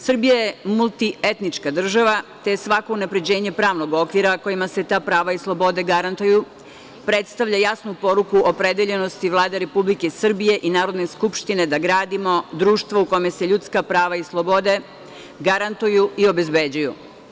Srbija je multietnička država, te svako unapređenje pravnog okvira kojima se ta prava i slobode garantuju predstavlja jasnu poruku opredeljenosti Vlade Republike Srbije i Narodne skupštine da gradimo društvo u kome se ljudska prava i slobode garantuju i obezbeđuju.